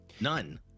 none